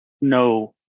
no